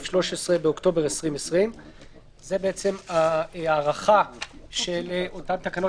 13 באוקטובר 2020. זאת ההארכה של אותן תקנות